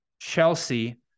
Chelsea